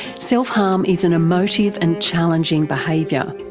self-harm is an emotive and challenging behaviour,